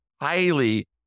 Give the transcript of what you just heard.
highly